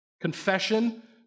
confession